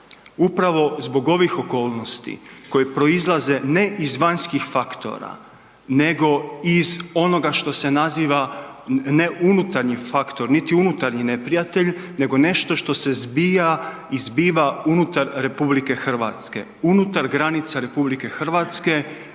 Upravo zbog ovih okolnosti koji proizlaze, ne iz vanjskih faktora nego iz onoga što se naziva, ne unutarnji faktor, niti unutarnji neprijatelj, nego nešto se zbija i zbiva unutar RH. Unutar granica RH nastaje